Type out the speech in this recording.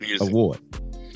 award